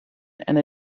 and